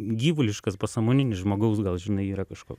gyvuliškas pasąmoninis žmogaus gal žinai yra kažko